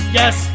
yes